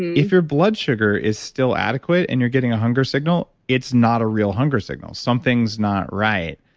if your blood sugar is still adequate and you're getting a hunger signal, it's not a real hunger signal something is not right.